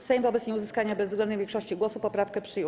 Sejm wobec nieuzyskania bezwzględniej większości głosów poprawkę przyjął.